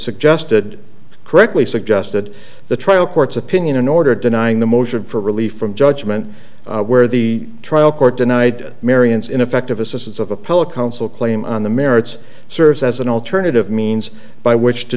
suggested correctly suggested the trial court's opinion an order denying the motion for relief from judgment where the trial court denied marion's ineffective assistance of appellate counsel claim on the merits serves as an alternative means by which to